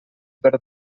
per